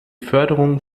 förderung